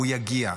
הוא יגיע.